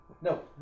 No